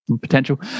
potential